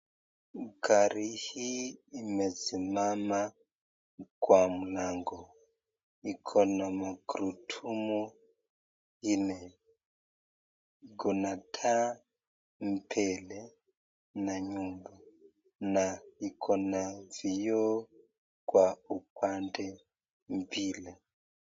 Gari hii imesimama Kwa mlango, iko na magurudumu nne, kuna taa mbele na nyuma na Iko na viyoo upande kwa upande mbili.